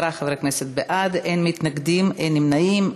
עשרה חברי כנסת בעד, אין מתנגדים, אין נמנעים.